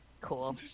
Cool